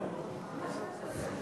בבקשה.